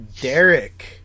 Derek